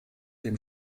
dem